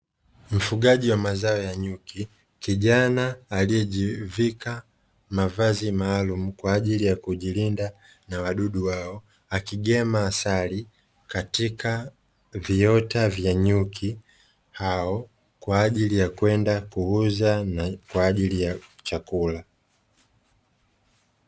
Mfugaji wa mazao ya nyuki kijana aliyejivika mavazi maalumu kwa ajili ya kujilinda na wadudu hao, akigema asali katika viota vya nyuki hao kwa ajili ya kwenda kuuza na kwa ajili ya chakula.